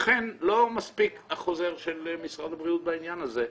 לכן לא מספיק החוזר של משרד הבריאות בעניין הזה,